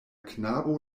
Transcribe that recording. knabo